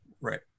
Right